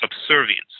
subservience